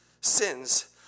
sins